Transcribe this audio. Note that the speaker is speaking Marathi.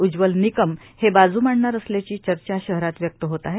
उज्ज्वल निकम हे बाज् मांडणार असल्याची चर्चा शहरात व्यक्त होत आहे